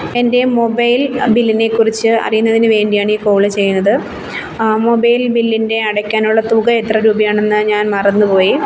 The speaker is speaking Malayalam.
എൻ്റെ മൊബൈൽ ബില്ലിനെക്കുറിച്ച് അറിയുന്നതിന് വേണ്ടിയാണ് ഈ കോള് ചെയ്യുന്നത് മൊബൈൽ ബില്ലിൻ്റെ അടയ്ക്കാനുള്ള തുക എത്രരൂപയാണെന്ന് ഞാൻ മറന്നുപോയി